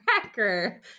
cracker